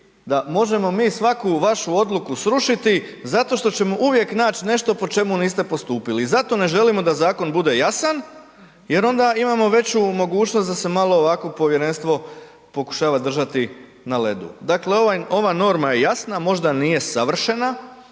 da možemo mi svaku vašu odluku srušiti zato što ćemo uvijek naći nešto po čemu niste postupili. I zato ne želimo da zakon bude jasan jer onda imamo veću mogućnost da se malo ovako povjerenstvo pokušava držati na ledu. Dakle ova norma je jasna, možda nije savršena